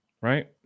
Right